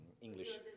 English